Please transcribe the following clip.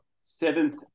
seventh